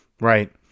Right